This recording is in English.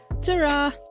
ta-ra